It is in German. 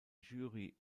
jury